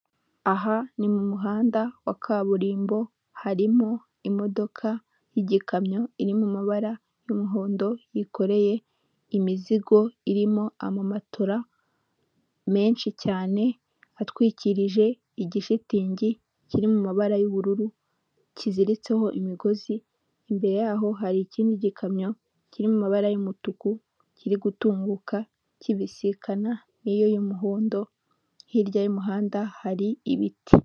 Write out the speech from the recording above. Aha ni mu muhanda wa kaburimbo, harimo imodoka y'igikamyo iri mu mabara y'umuhondo yikoreye imizigo irimo amamatora menshi cyane, atwikirije igishitingi kiri mu mabara y'ubururu kiziritseho imigozi imbere yaho hari ikindi gikamyo kiri mabara y'umutuku kiri gutunguka kibisikana niyo y'umuhondo hirya y'umuhanda hari ibiti.